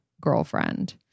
girlfriend